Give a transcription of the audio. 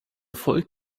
volk